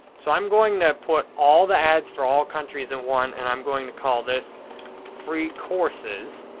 so i'm going to put all the ads for all countries in one and i'm going to call this free courses